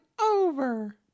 over